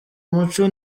umuco